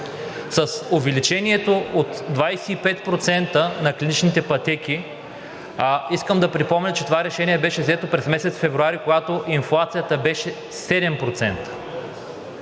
С увеличението от 25% на клиничните пътеки, искам да припомня, че това решение беше взето през месец февруари, когато инфлацията беше 7%.